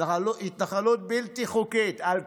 התנחלות בלתי חוקית על קרקע,